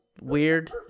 weird